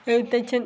Ezhuthachan